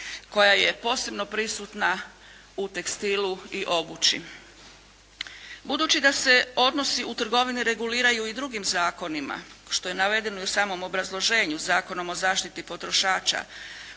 koja je posebno prisutna u tekstilu i obući. Budući da se odnosi u trgovini reguliraju i drugim zakonima što je navedeno i u samom obrazloženju Zakonom o zaštiti potrošača,